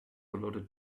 loaded